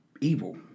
evil